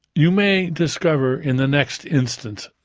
you may discover in the next instance,